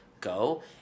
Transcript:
go